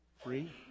free